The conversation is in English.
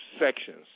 sections